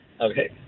Okay